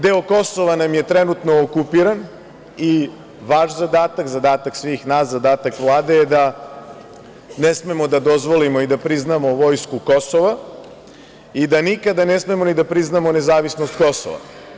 Deo Kosova nam je trenutno okupiran i vaš zadatak, zadatak svih nas, zadatak Vlade je da ne smemo da dozvolimo i da priznamo vojsku Kosova i da nikako ne smemo ni da priznamo nezavisnost Kosova.